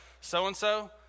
so-and-so